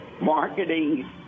marketing